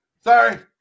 Sorry